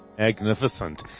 Magnificent